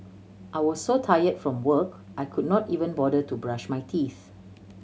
I was so tire from work I could not even bother to brush my teeth